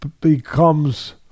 becomes